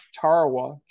Tarawa